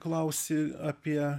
klausi apie